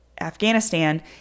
Afghanistan